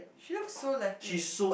she looks so Latin